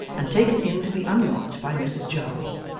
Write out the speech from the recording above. and taken in to be unlocked by mrs jarley,